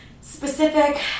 specific